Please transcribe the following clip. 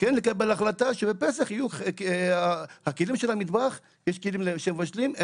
כן לקבל החלטה שבפסח הכלים שמבשלים איתם,